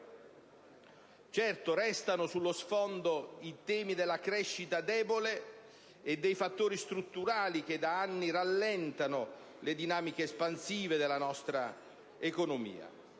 Certo, restano sullo sfondo i temi della crescita debole e dei fattori strutturali che da anni rallentano le dinamiche espansive della nostra economia.